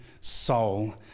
soul